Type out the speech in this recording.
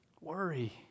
Worry